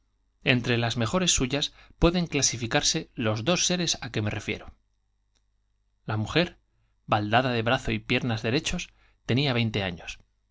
entre las mejores suyas pueden clasificarse los dos seres á que me refiero la baldada de brazo pierna derechos mujer y tenía veinte años